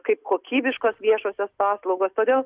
kaip kokybiškos viešosios paslaugos todėl